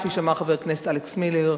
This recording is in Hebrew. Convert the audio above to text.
כפי שאמר חבר הכנסת אלכס מילר,